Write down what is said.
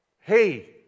hey